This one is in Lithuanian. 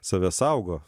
save saugo